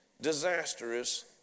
disastrous